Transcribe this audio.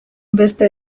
beste